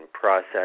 process